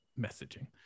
messaging